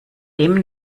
dem